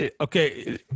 okay